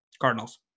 Cardinals